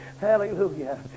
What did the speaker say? hallelujah